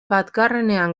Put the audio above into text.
batgarrenean